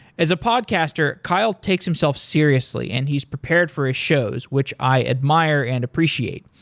as a podcaster, kyle takes himself seriously and he's prepared for his shows, which i admire and appreciate.